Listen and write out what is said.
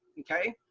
okay?